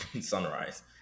sunrise